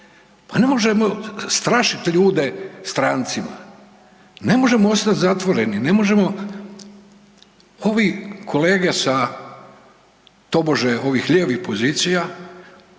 Pa ne možemo strašit ljude strancima, ne možemo ostati zatvoreni, ne možemo, ovi kolege sa tobože ovih lijevih pozicija